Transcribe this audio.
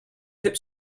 pip